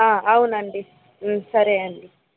అవునండి సరే అండి